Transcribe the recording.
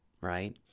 right